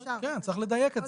כן, צריך לדייק את זה.